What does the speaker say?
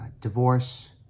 Divorce